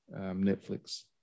Netflix